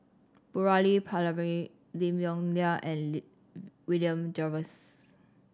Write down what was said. Murali Pillai Lim Yong Liang and William Jervois